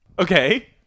Okay